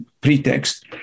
pretext